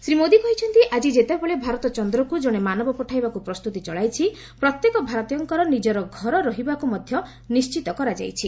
ଶ୍ରୀ ମୋଦି କହିଛନ୍ତି ଆଜି ଯେତେବେଳେ ଭାରତ ଚନ୍ଦ୍ରକୁ ଜଣେ ମାନବ ପଠାଇବାକୁ ପ୍ରସ୍ତୁତି ଚଳାଇଛି ପ୍ରତ୍ୟେକ ଭାରତୀୟଙ୍କର ନିଜର ଘର ରହିବାକୁ ମଧ୍ୟ ନିଶ୍ଚିତ କରାଯାଇଛି